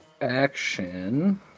action